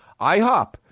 IHOP